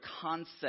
concept